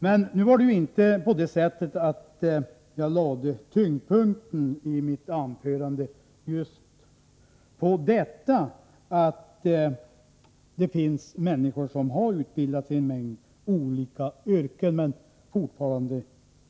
Det förhållandet att människor har utbildat sig i en mängd olika yrken men fortfarande saknar jobb var emellertid inte något som jag lade tyngdpunkten på i mitt anförande.